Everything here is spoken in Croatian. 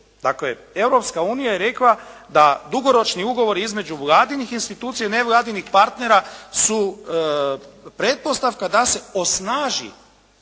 Dakle, Europska unija je rekla da dugoročni ugovori između Vladinih institucija i nevladinih partnera su pretpostavka da se osnaži